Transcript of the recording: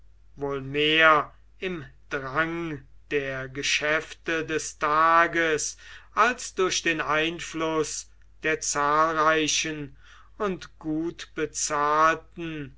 mehr im drang der geschäfte des tages als durch den einfluß der zahlreichen und gut bezahlten